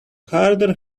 harder